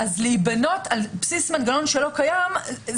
להיבנות על בסיס מנגנון שלא קיים?